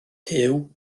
puw